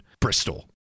Bristol